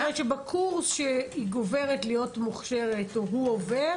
זאת אומרת שבקורס שהיא עוברת להיות מוכשרת או שהוא עובר,